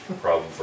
problem